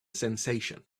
sensation